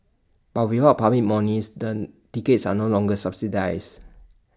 but without public monies then tickets are no longer subsidised